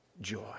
joy